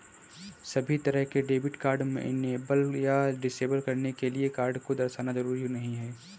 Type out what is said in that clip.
सभी तरह के डेबिट कार्ड इनेबल या डिसेबल करने के लिये कार्ड को दर्शाना जरूरी नहीं है